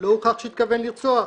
לא הוכח שהתכוון לרצוח,